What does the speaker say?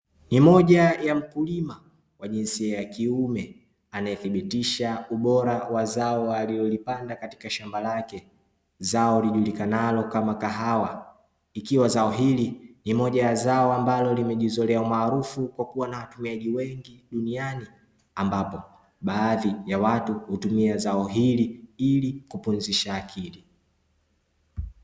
Ni moja ya mkulima wa jinsia ya kiume anayethibitisha ubora wa zao aliolipanda katika shamba lake zao lijulikanalo kama kahawa ikiwa zao, hili ni moja ya zao ambalo limejizolea umaarufu kwa kuwa na hatumiaji wengi duniani ambapo baadhi ya watu hutumia zao hili ili kupumzisha akili.